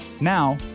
Now